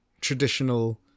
traditional